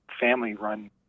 family-run